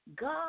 God